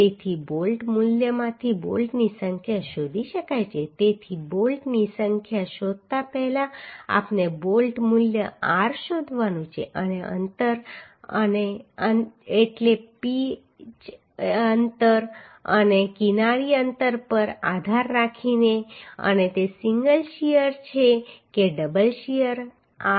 તેથી બોલ્ટ મૂલ્યમાંથી બોલ્ટની સંખ્યા શોધી શકાય છે તેથી બોલ્ટની સંખ્યા શોધતા પહેલા આપણે બોલ્ટ મૂલ્ય R શોધવાનું છે અને અંતર અને એટલે પિચ અંતર અને કિનારી અંતર પર આધાર રાખીને અને તે સિંગલ શીયરsingle shear છે કે ડબલ શીયર આર